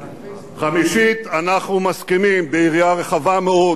חמישית, אנחנו מסכימים ביריעה רחבה מאוד